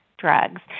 drugs